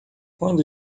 quando